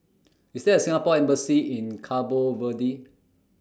IS There A Singapore Embassy in Cabo Verde